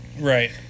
Right